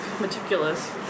meticulous